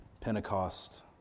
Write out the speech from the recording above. Pentecost